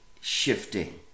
shifting